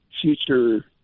future